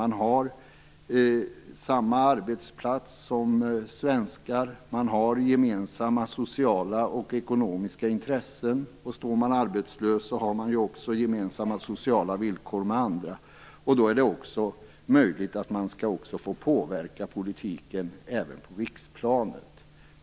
De har samma arbetsplats som svenskar, och gemensamma sociala och ekonomiska intressen. Står en invandrare arbetslös har han gemensamma sociala villkor med andra. Då är det också rimligt att han skall få påverka politiken även på riksplanet.